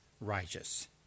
righteous